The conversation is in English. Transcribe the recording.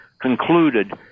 concluded